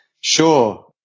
Sure